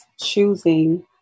choosing